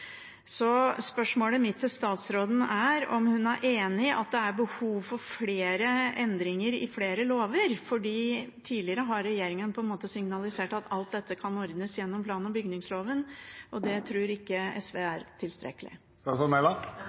Spørsmålet mitt til statsråden er om hun er enig i at det er behov for flere endringer i flere lover. Tidligere har regjeringen signalisert at alt dette kan ordnes gjennom plan- og bygningsloven, og det tror ikke SV er tilstrekkelig.